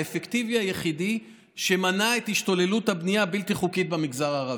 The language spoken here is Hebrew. החוק האפקטיבי היחיד שמנע את השתוללות הבנייה הבלתי-חוקית במגזר הערבי.